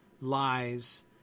lies